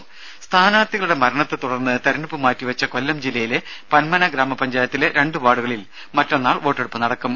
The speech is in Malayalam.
രംഭ സ്ഥാനാർഥികളുടെ മരണത്തെ തുടർന്ന് തിരഞ്ഞെടുപ്പ് മാറ്റിവച്ച കൊല്ലം ജില്ലയിലെ പന്മന ഗ്രാമപഞ്ചായത്തിലെ രണ്ട് വാർഡുകളിൽ മറ്റന്നാൾ വോട്ടെടുപ്പ് നടക്കും